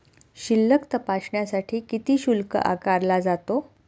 शिल्लक तपासण्यासाठी किती शुल्क आकारला जातो?